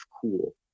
cool